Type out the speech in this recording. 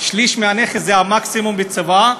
שליש מהנכס זה המקסימום בצוואה,